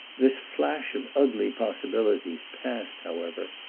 this flash of ugly possibilities passed however,